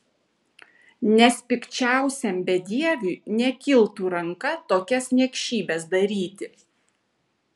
nes pikčiausiam bedieviui nekiltų ranka tokias niekšybes daryti